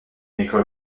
école